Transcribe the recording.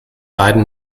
weiden